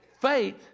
faith